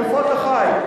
איפה אתה חי?